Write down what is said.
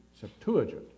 Septuagint